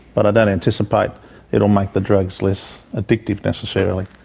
but i don't anticipate it will make the drugs less addictive necessarily.